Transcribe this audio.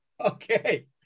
Okay